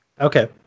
Okay